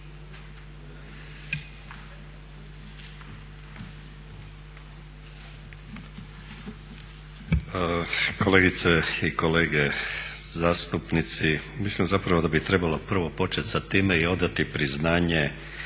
Kolegice i kolege zastupnici. Mislim zapravo da bi trebalo prvo početi sa time i odati priznanje